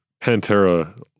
Pantera